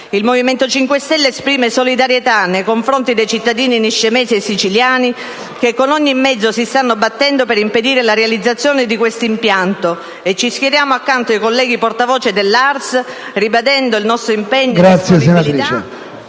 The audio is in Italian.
Movimento 5 Stelle esprime solidarietà nei confronti dei cittadini niscemesi e siciliani che con ogni mezzo si stanno battendo per impedire la realizzazione di questo impianto e si schiera accanto ai colleghi portavoce dell'Assemblea regionale siciliana